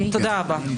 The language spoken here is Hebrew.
תודה רבה.